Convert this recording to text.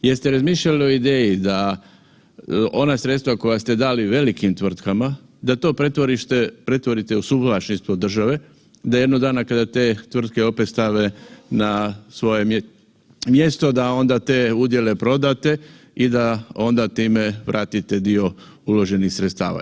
Jeste li razmišljali o ideji ona sredstva koja ste dali velikim tvrtkama da to pretvorite u suvlasništvo države, da jednog dana kada te tvrtke opet stave na svoje mjesto da onda te udjele prodate i da onda time vratite dio uloženih sredstava.